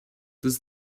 does